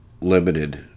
limited